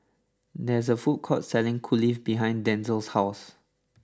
there is a food court selling Kulfi behind Denzell's house